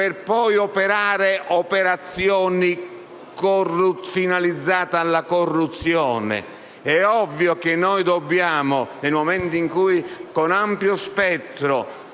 per poi fare operazioni finalizzate alla corruzione. È ovvio che, nel momento in cui con ampio spettro